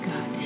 God